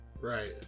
right